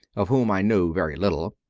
of whom i knew very little.